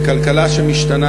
בכלכלה שמשתנה,